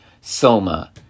Soma